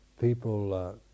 people